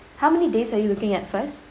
how many days are you looking at first